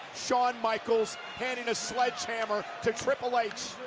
shawn michaels handing a sledgehammer to triple h.